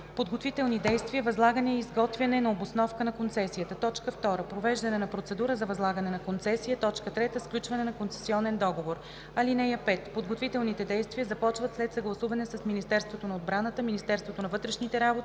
подготвителни действия – възлагане и изготвяне на обосновка на концесията; 2. провеждане на процедура за възлагане на концесия; 3. сключване на концесионен договор. (5) Подготвителните действия започват след съгласуване с Министерството на отбраната, Министерството на вътрешните работи,